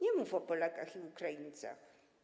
Nie mów o Polakach i Ukraińcach,